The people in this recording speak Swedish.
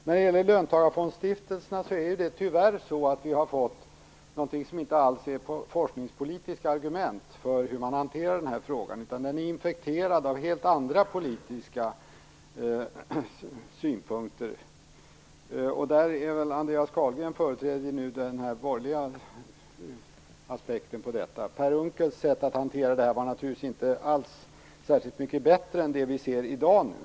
Vad gäller löntagarfondsstiftelserna har vi tyvärr fått ett icke forskningspolitiskt argument för hur man hanterar den frågan. Frågan är infekterad av helt andra politiska synpunkter. Andreas Carlgren företräder nu den borgerliga aspekten på detta. Per Unckels sätt att hantera detta var naturligtvis inte särskilt mycket bättre än det som vi ser i dag.